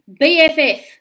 BFF